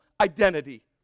identity